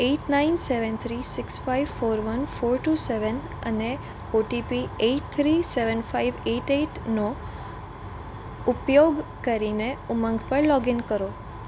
at nine seven three six five four one four two seven અને OTP eight three seven five eight એટનો ઉપયોગ કરીને ઉમંગ પર log in કરો